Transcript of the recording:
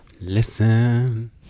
Listen